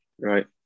Right